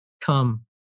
Come